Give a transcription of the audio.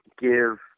give